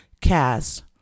cast